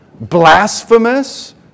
blasphemous